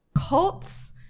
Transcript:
Cults